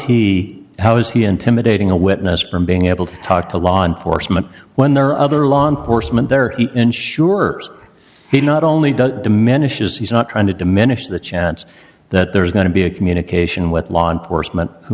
he how is he intimidating a witness from being able to talk to law enforcement when there are other law enforcement ensures he not only does diminishes he's not trying to diminish the chance that there is going to be a communication with law enforcement who